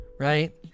right